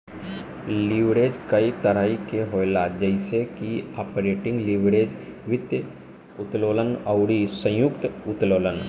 leverage कई तरही के होला जइसे की आपरेटिंग लीवरेज, वित्तीय उत्तोलन अउरी संयुक्त उत्तोलन